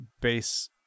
base